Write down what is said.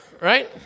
right